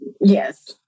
Yes